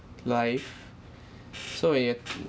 life so when you're